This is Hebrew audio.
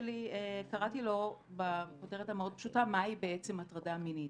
קראתי למאמר שלי בכותרת המאוד פשוטה "מהי בעצם הטרדה מינית".